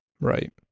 Right